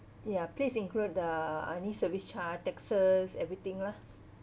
ya please include uh any service charge taxes everything lah